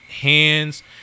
hands